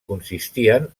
consistien